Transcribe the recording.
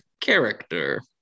character